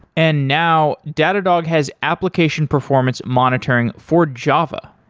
and now, datadog has application performance monitoring for java.